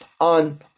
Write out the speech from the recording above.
on